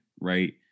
right